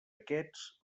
aquests